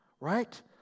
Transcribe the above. right